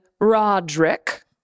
Roderick